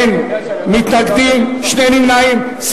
אין מתנגדים, שני נמנעים.